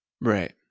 Right